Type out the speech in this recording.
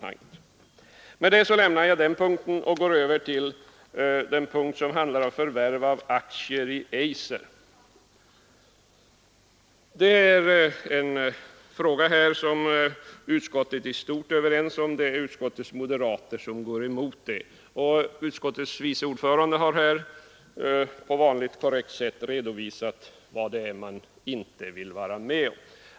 Här lämnar jag den punkten och går över till den punkt som handlar om förvärv av aktier i AB Eiser. Det är en fråga som utskottet i stort sett är överens om, men där moderaterna går emot. Utskottets vice ordförande har här på vanligt korrekt sätt redovisat vad man inte vill vara med om.